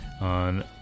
on